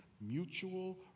mutual